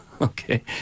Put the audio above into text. Okay